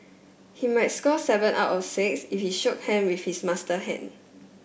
he might score seven out of six if he shook hands with his master hand